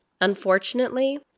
Unfortunately